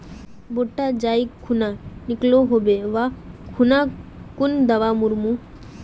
भुट्टा जाई खुना निकलो होबे वा खुना कुन दावा मार्मु?